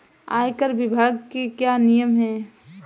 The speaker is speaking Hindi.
आयकर विभाग के क्या नियम हैं?